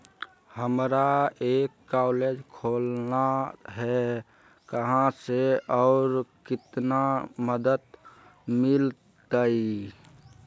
हमरा एक कॉलेज खोलना है, कहा से और कितना मदद मिलतैय?